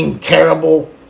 terrible